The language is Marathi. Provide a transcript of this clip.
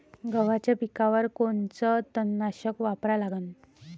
गव्हाच्या पिकावर कोनचं तननाशक वापरा लागन?